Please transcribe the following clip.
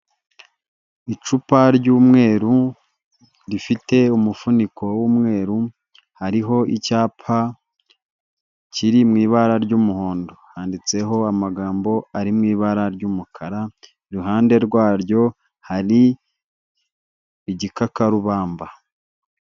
Icupa ry'umweru rifite umufuniko w'umweru, hariho icyapa kiri mu ibara ry'umuhondo handitseho amagambo ari mu ibara ry'umukara. Iruhande rwaryo hari igikakarubamba.